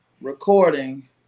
recording